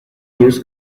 news